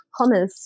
hummus